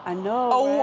ah know,